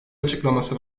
açıklaması